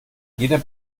jeder